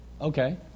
Okay